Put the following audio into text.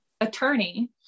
attorney